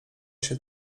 się